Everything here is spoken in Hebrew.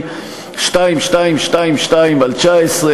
פ/2222/19,